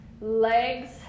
legs